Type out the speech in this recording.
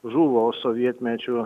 žuvo sovietmečiu